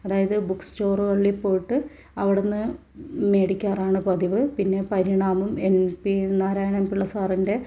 അതായത് ബുക്ക് സ്റ്റോറുകളിൽ പോയിട്ട് അവിടെനിന്ന് മേടിക്കാറാണ് പതിവ് പിന്നെ പരിണാമം എൻ പി നാരായണൻ പിള്ള സാറിൻ്റെ